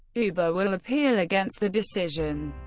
uber will appeal against the decision.